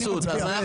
התייעצות סיעתית.